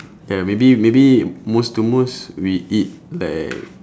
ya maybe maybe most to most we eat like